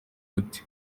ute